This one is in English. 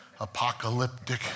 apocalyptic